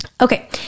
Okay